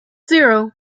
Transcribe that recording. zero